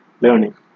learning